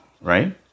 right